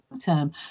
term